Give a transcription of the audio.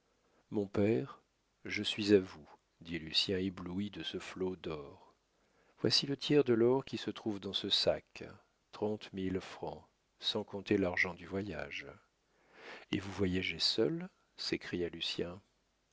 mon père je suis à vous dit lucien ébloui de ce flot d'or voici le tiers de l'or qui se trouve dans ce sac trente mille francs sans compter l'argent du voyage et vous voyagez seul s'écria